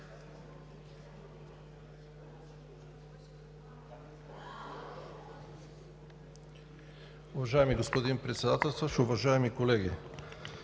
Уважаеми господин Председателстващ, уважаеми колеги!